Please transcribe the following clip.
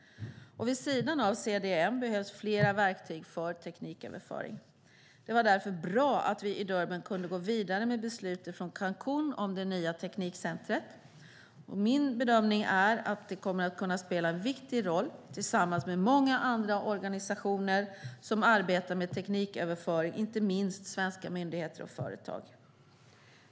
Vid sidan av CDM behövs flera verktyg för tekniköverföring. Det var därför bra att vi i Durban kunde gå vidare med beslutet från Cancún om det nya teknikcentret. Min bedömning är att det kommer att kunna spela en viktig roll tillsammans med många andra organisationer som arbetar med tekniköverföring, inte minst svenska myndigheter och företag.